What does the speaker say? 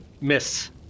Miss